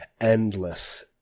endless